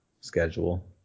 schedule